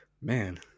man